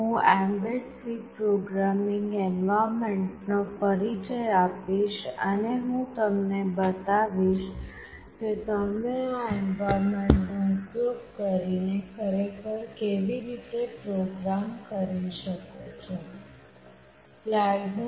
હું embed C programming એન્વાયર્મેન્ટનો પરિચય આપીશ અને હું તમને બતાવીશ કે તમે આ એન્વાયર્મેન્ટનો ઉપયોગ કરીને ખરેખર કેવી રીતે પ્રોગ્રામ કરી શકો છો